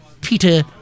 Peter